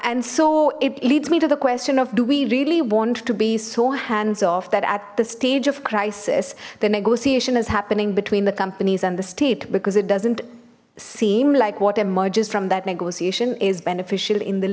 and so it leads me to the question of do we really want to be so hands of that at the stage of crisis the negotiation is happening between the companies and the state because it doesn't seem like what emerges from that negotiation is beneficial in the